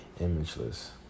imageless